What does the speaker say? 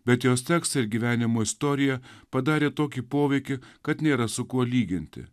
bet jos tekstą ir gyvenimo istoriją padarė tokį poveikį kad nėra su kuo lyginti